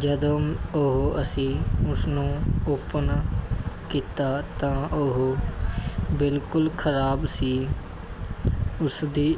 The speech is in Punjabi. ਜਦੋਂ ਉਹ ਅਸੀਂ ਉਸਨੂੰ ਓਪਨ ਕੀਤਾ ਤਾਂ ਉਹ ਬਿਲਕੁਲ ਖ਼ਰਾਬ ਸੀ ਉਸ ਦੀ